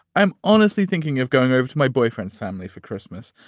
i'm honestly thinking of going over to my boyfriend's family for christmas.